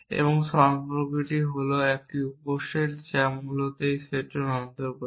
এবং সম্পর্কটি হল এই উপসেট যা মূলত এই সেটের অন্তর্গত